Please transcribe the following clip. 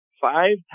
five